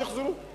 שיחזרו,